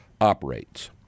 operates